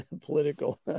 political